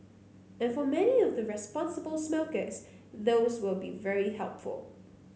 and for many of the responsible smokers those will be very helpful